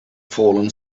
fallen